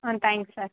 ah thanks sir